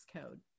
code